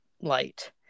light